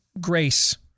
grace